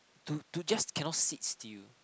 to to just cannot sit still